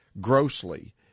grossly